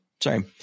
sorry